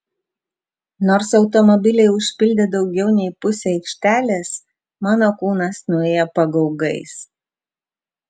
nors automobiliai užpildė daugiau nei pusę aikštelės mano kūnas nuėjo pagaugais